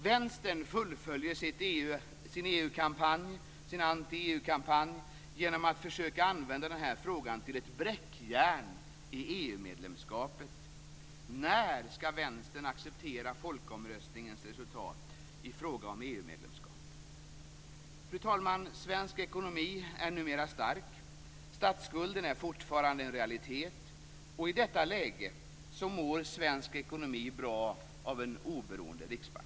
Vänstern fullföljer sin anti-EU-kampanj genom att försöka använda den här frågan till ett bräckjärn i EU-medlemskapet. När skall Vänstern acceptera folkomröstningens resultat i fråga om EU Fru talman! Svensk ekonomi är numera stark. Statsskulden är fortfarande en realitet, och i detta läge mår svensk ekonomi bra av en oberoende riksbank.